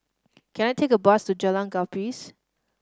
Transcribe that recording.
can I take a bus to Jalan Gapis